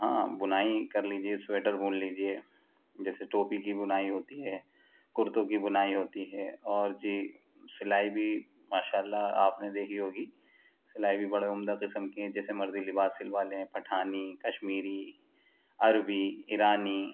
ہاں بُنائی کر لیجیے سوئیٹر بُن لیجیے جیسے ٹوپی کی بُنائی ہوتی ہے کرتوں کی بنائی ہوتی ہے اور جی سلائی بھی ماشا اللہ آپ نے دیکھی ہوگی سلائی بھی بڑے عمدہ قسم کی ہیں جیسے مردی لباس سلوا لیں پٹھانی کشمیری عربی ایرانی